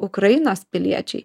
ukrainos piliečiai